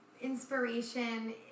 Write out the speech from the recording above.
inspiration